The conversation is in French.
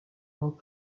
manque